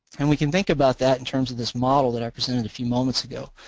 and we can think about that in terms of this model that i presented a few moments ago.